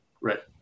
Right